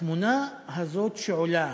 התמונה הזאת שעולה